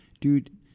Dude